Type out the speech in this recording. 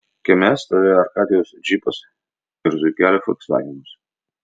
kieme stovėjo arkadijaus džipas ir zuikelio folksvagenas